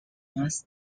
must